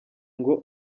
ngo